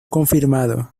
confirmado